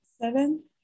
seven